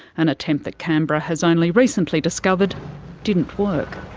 an attempt that canberra has only recently discovered didn't work.